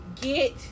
get